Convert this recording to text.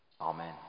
Amen